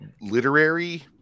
literary